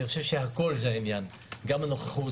אני חושב שהכול זה העניין: גם הנוכחות,